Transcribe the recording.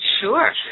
Sure